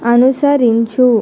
అనుసరించు